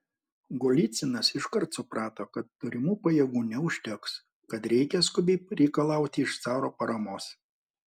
golycinas iškart suprato kad turimų pajėgų neužteks kad reikia skubiai reikalauti iš caro paramos